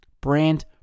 brand